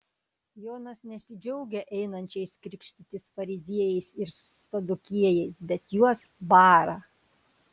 jonas nesidžiaugia einančiais krikštytis fariziejais ir sadukiejais bet juos bara